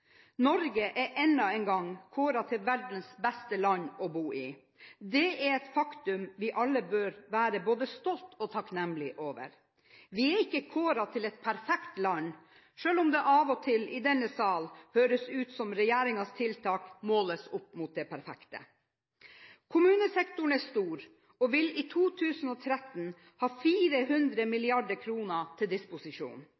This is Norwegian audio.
Norge er enda en gang kåret til verdens beste land å bo i. Det er et faktum vi alle bør være både stolte og takknemlige over. Vi er ikke kåret til et perfekt land, selv om det av og til i denne sal høres ut som om regjeringens tiltak måles opp mot det perfekte. Kommunesektoren er stor og vil i 2013 ha 400